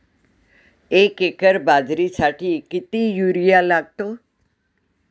एक एकर बाजरीसाठी किती युरिया लागतो?